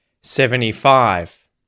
Seventy-five